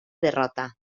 derrota